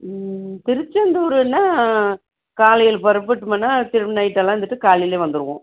திருச்செந்தூருன்னா காலையில் புறப்புட்டுமுன்னா திரும்ப நைட்டெல்லாம் இருந்துவிட்டு காலையிலேயே வந்துடுவோம்